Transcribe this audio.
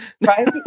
Right